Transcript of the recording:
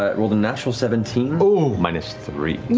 ah rolled a natural seventeen minus three. yeah